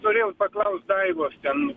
norėjau paklaust daivos ten